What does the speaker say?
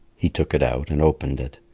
he took it out and opened it.